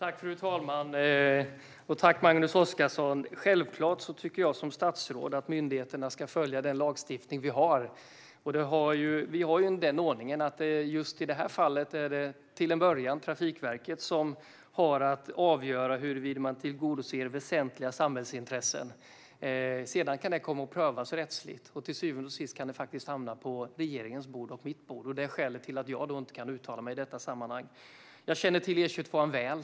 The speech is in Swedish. Fru talman! Tack, Magnus Oscarsson! Självklart tycker jag som statsråd att myndigheterna ska följa den lagstiftning vi har. Vi har den ordningen att just i det här fallet är det till en början Trafikverket som har att avgöra huruvida man tillgodoser väsentliga samhällsintressen. Sedan kan det komma att prövas rättsligt. Till syvende och sist kan det faktiskt hamna på regeringens och mitt bord. Det är skälet till att jag inte kan uttala mig i detta sammanhang. Jag känner till E22:an väl.